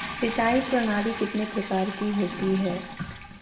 सिंचाई प्रणाली कितने प्रकार की होती है?